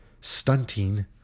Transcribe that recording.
stunting